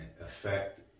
affect